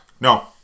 No